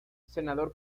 senador